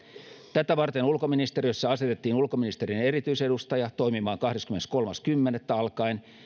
tätä varten ulkoministeriössä asetettiin ulkoministerin erityisedustaja toimimaan kahdeskymmeneskolmas kymmenettä alkaen